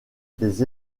des